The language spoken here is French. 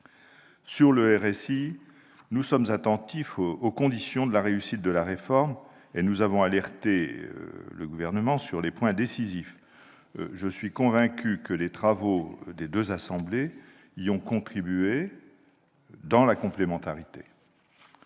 Sur le RSI, nous sommes attentifs aux conditions de la réussite de la réforme. Nous avons alerté le Gouvernement sur les points décisifs. Je suis convaincu que les travaux des deux assemblées y ont contribué, dans la complémentarité.